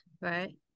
right